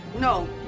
No